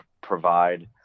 provide